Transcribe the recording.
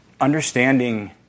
understanding